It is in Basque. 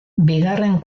bigarren